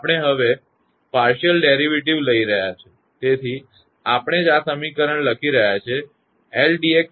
તેથી તેથી જ આપણે આ સમીકરણ લખી રહ્યા છીએ 𝐿